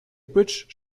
bridge